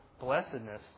blessedness